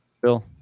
bill